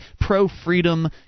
pro-freedom